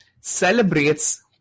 celebrates